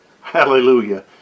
Hallelujah